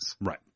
Right